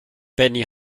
benny